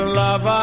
love